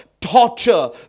torture